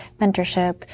mentorship